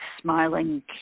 smiling